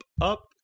up